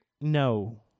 No